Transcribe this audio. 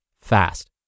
fast